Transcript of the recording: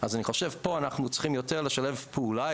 אז אני חושב שפה אנחנו צריכים יותר לשלב פעולה.